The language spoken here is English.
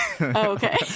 okay